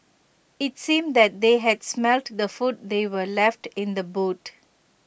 IT seemed that they had smelt the food they were left in the boot